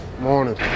Morning